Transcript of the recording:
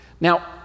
now